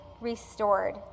restored